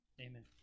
Amen